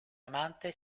amante